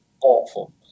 awful